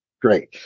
great